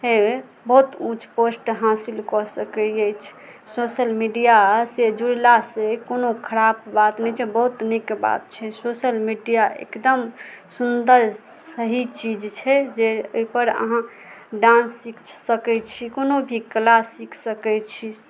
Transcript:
बहुत ऊँच पोस्ट हासिल कऽ सकैत अछि सोशल मीडिया से जुड़ला से कोनो खराप बात नहि छै बहुत नीक बात छै सोशल मीडिया एकदम सुन्दर सही चीज छै जे एहि पर अहाँ डान्स सीख सकैत छी कोनो भी कला सीख सकैत छी